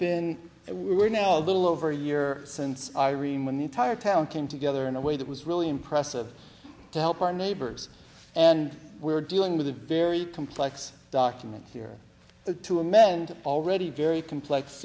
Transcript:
there were now little over a year since irene when the entire town came together in a way that was really impressive to help our neighbors and we're dealing with a very complex documents here the to amend already very complex